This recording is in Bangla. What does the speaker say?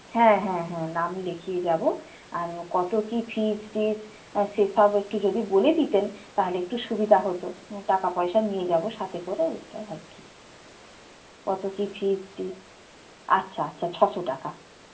হ্যাঁ হ্যাঁ হ্যাঁ নাম লিখিয়ে যাব আর কতো কী ফিজ টিজ সেসব একটু যদি বলে দিতেন তাহলে একটু সুবিধা হতো টাকা পয়সা নিয়ে যাব সাথে করে ওটাই আর কি কত কী ফিজ টিজ আচ্ছা আচ্ছা ছশো টাকা